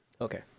Okay